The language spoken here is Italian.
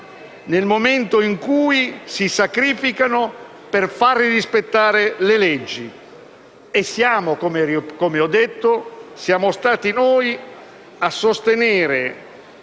nel momento in cui si sacrificano per far rispettare le leggi. Come ho detto, siamo stati noi a sostenere